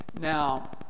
Now